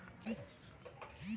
कुन कोण खाता में पैसा भेज सके छी?